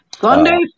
Sunday